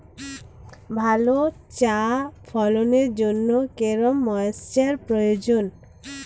ভালো চা ফলনের জন্য কেরম ময়স্চার প্রয়োজন?